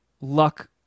Luck